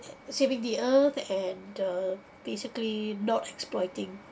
saving the earth and the basically not exploiting